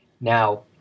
Now